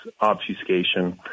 obfuscation